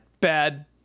bad